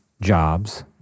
Jobs